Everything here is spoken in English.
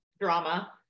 drama